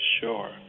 Sure